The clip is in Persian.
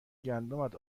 گندمت